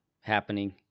happening